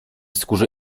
skórze